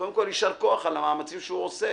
קודם כול יישר כוח על המאמצים שהוא עושה.